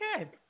okay